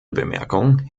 bemerkung